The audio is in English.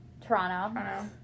Toronto